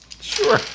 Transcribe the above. Sure